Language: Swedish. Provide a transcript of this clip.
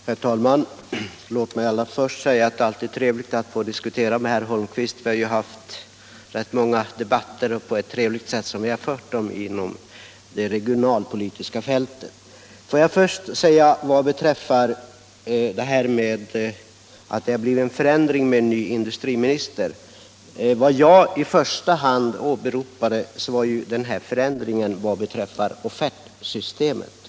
Herr talman! Låt mig allra först säga att det alltid är trevligt att få diskutera med herr Holmqvist. Vi har haft rätt många debatter inom det regionalpolitiska fältet och fört dem på ett trevligt sätt. Vad beträffar det jag sagt om att det blivit en förändring när vi har fått en ny industriminister vill jag framhålla att det jag i första hand åberopade var förändringen beträffande offertsystemet.